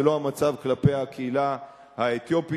זה לא המצב כלפי הקהילה האתיופית,